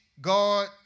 God